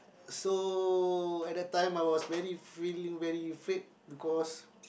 so at the time I was very really really afraid because